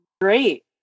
great